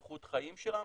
איכות חיים של אנשים,